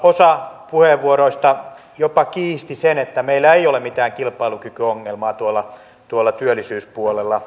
osa puheenvuoroista jopa kiisti sen että meillä on mitään kilpailukykyongelmaa tuolla työllisyyspuolella